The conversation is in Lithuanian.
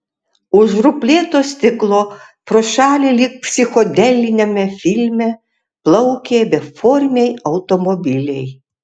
už ruplėto stiklo pro šalį lyg psichodeliniame filme plaukė beformiai automobiliai